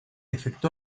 efecto